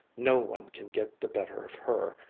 no one can get the better of her.